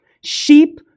Sheep